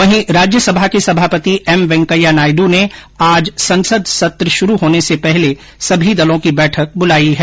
वहीं राज्यसभा के सभापती एम वेंकैया नायडु ने आज संसद सत्र शुरू होने से पहले सभी दलों की बैठक बुलाई है